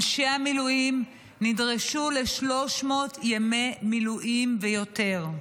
אנשי המילואים נדרשו ל-300 ימי מילואים ויותר.